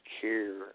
care